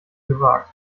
gewagt